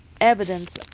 evidence